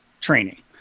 training